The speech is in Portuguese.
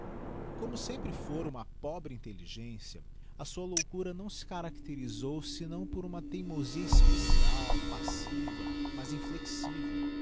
como sempre fora uma pobre intelligencia a sua loucura não se caracterizou senão por uma teimosia especial passiva mas inflexível